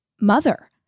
mother